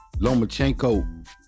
Lomachenko